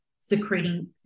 secreting